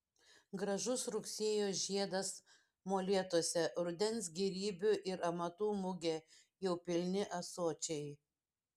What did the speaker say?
gražus rugsėjo žiedas molėtuose rudens gėrybių ir amatų mugė jau pilni ąsočiai